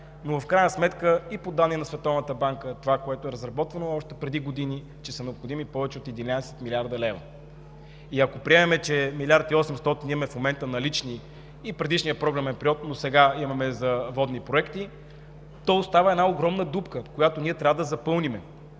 но в крайна сметка и по данни на Световната банка това, което е разработвано още преди години, е, че са необходими повече от 11 млрд. лв. Ако приемем, че 1 млрд. 800 млн. лв. имаме в момента налични – и в предишния програмен период, но сега имаме за водни проекти, то остава една огромна дупка, която ние трябва да запълним.